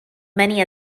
many